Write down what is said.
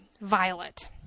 Violet